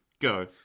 go